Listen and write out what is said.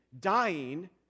dying